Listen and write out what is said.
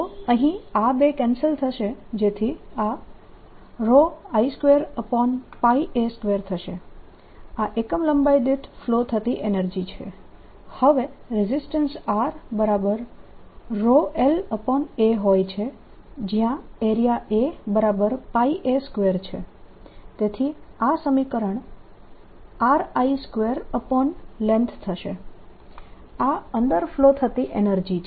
તો અહીં આ 2 કેન્સલ થશે જેથી આ I2 a2 થશે આ એકમ લંબાઈ દીઠ ફ્લો થતી એનર્જી છે હવે રેઝીસ્ટન્સ R lA હોય છે જ્યાં એરિયા A a2 છે તેથી આ સમીકરણ RI2length થશે આ અંદર ફ્લો થતી એનર્જી છે